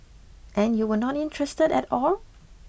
and you were not interested at all